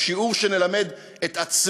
השיעור שנלמד את העדה הדרוזית והשיעור שנלמד